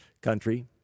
country